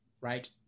right